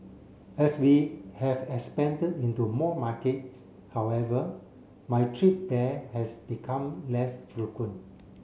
as we have expanded into more markets however my trip there has become less frequent